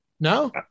No